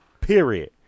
period